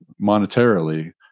monetarily